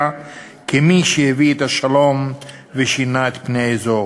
כמי שהביא את השלום ושינה את פני האזור.